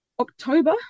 october